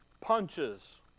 punches